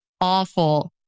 awful